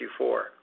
Q4